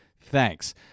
Thanks